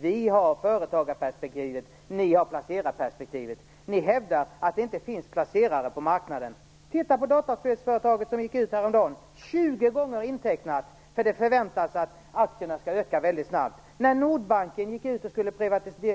Vi har företagarperspektivet, ni har placerarperspektivet. Ni hävdar att det inte finns placerare på marknaden. Titta på dataspelsföretaget som gick ut häromdagen - emissionen blev tjugo gånger övertecknad, därför att det förväntas att aktierna skall öka i värde väldigt snabbt. Vad hände när Nordbanken gick ut och skulle